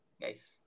guys